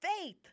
faith